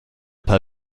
paar